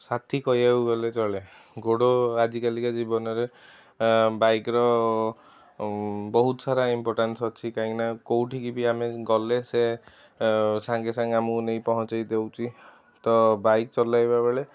ସାଥୀ କହିବାକୁ ଗଲେ ଚଳେ ଗୋଡ଼ ଆଜିକାଲିକା ଜୀବନରେ ବାଇକର ବହୁତ ସାରା ଇମ୍ପୋରଟାନ୍ସ ଅଛି କାହିଁକି ନା କେଉଁଠି କି ବି ଆମେ ଗଲେ ସେ ସାଙ୍ଗେ ସାଙ୍ଗେ ଆମକୁ ନେଇକି ପହଞ୍ଚେଇ ଦେଉଛି ତ ବାଇକ ଚଲାଇବା ବେଳେ